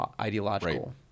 ideological